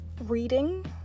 reading